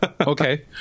Okay